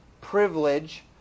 privilege